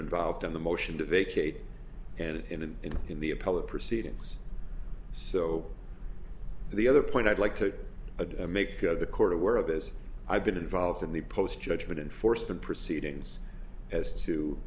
involved in the motion to vacate and in and in in the appellate proceedings so the other point i'd like to a make the court aware of is i've been involved in the post judgment enforcement proceedings as to